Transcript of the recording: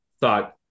thought